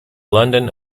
london